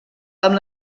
amb